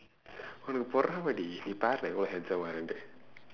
உனக்கு பொறாமடி நீ பாரு நான் எவ்வளவு:unakku poraamadi nii paaru naan evvalavu handsoma வரேனு :vareenu